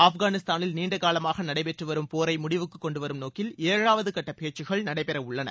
ஆப்கானிஸ்தானில் நீண்டகாலமாக நடைபெற்று வரும் போரை முடிவுக்குக் கொண்டு வரும் நோக்கில் ஏழாவது கட்ட பேச்சுக்கள் நடைபெற உள்ளன